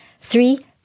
Three